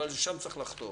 אבל לשם צריך לחתור.